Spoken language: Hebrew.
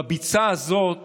בביצה הזאת